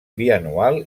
bianual